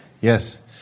Yes